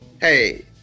Hey